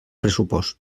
pressupost